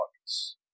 markets